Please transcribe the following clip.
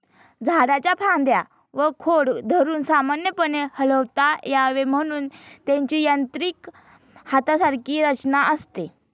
झाडाच्या फांद्या व खोड धरून सामान्यपणे हलवता यावे म्हणून त्याची यांत्रिक हातासारखी रचना असते